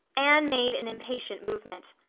anne made an impatient movement.